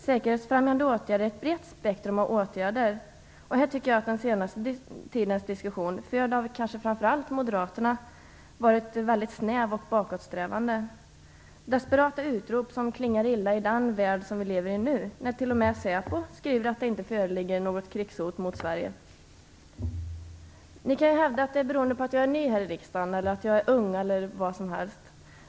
Säkerhetsfrämjande åtgärder är ett brett spektrum av åtgärder. Här tycker jag att den senaste tidens diskussion, förd kanske framför allt av Moderaterna, varit väldigt snäv och bakåtsträvande - desperata utrop som klingar illa i den värld som vi nu lever i. T.o.m. Säpo skriver att det inte föreligger något krigshot mot Sverige. Ni kan hävda att det jag nu säger beror på att jag är ny i riksdagen, att jag är ung eller vad det nu kan vara.